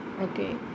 Okay